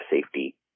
safety